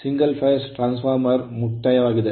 single phase transformer ಮುಕ್ತಾಯವಾಗಿದೆ